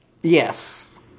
Yes